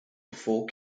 before